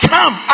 Come